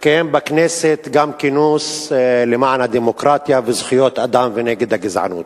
התקיים בכנסת גם כינוס למען הדמוקרטיה וזכויות אדם ונגד הגזענות.